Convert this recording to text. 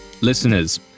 Listeners